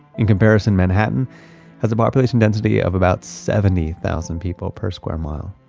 in comparison, manhattan has a population density of about seventy thousand people per square mile.